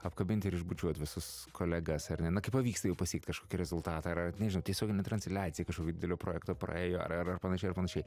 apkabint ir išbučiuot visus kolegas ar ne na kai pavyksta jau pasiekt kažkokį rezultatą ar ar nežinau tiesioginė transliacija kažkokio didelio projekto praėjo ar ar ar panašiai ar panašiai